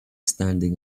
standing